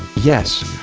yes!